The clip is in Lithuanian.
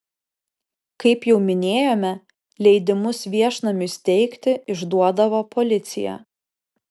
kaip jau minėjome leidimus viešnamiui steigti išduodavo policija